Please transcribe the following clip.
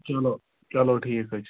چلو چلو ٹھیٖک حظ چھُ